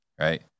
right